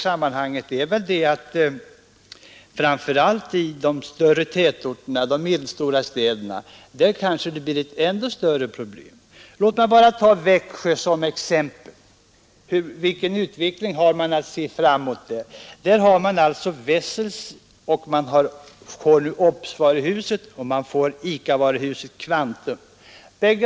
I de större tätorterna, i de medelstora städerna, anser jag att detta kan bli ett ännu större problem. Låt mig bara ta Växjö som exempel. Vilken utveckling har man att se fram mot där? Där har vi Wessels och Obs-varuhuset och vi får Ica-EOL:s varuhus Kvantum.